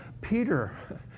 Peter